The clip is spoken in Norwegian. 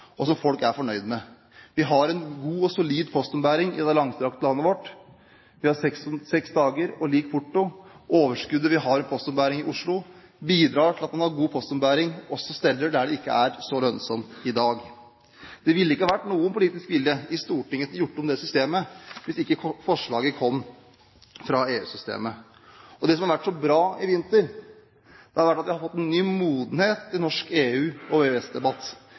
og som folk er fornøyd med. Vi har en god og solid postombæring i det langstrakte landet vårt. Vi har seks dager og lik porto. Overskuddet vi har av postombæring i Oslo, bidrar til at en har god postombæring også på steder der det ikke er så lønnsomt i dag. Det ville ikke vært noen politisk vilje i Stortinget til å gjøre om på dette systemet hvis ikke forslaget hadde kommet fra EU-systemet. Det som har vært så bra i vinter, er at vi har fått en ny modenhet i norsk EU- og